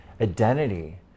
identity